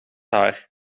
haar